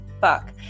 fuck